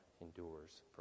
endures